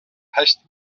hästi